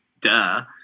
duh